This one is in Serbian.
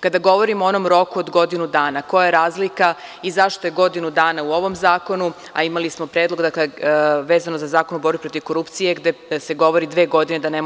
Kada govorimo o onom roku od godinu dana, koja je razlika i zašto je godinu dana u ovom zakonu, a imali smo predlog, vezano za Zakon o borbi protiv korupcije, gde se govori da dve godine,